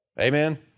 Amen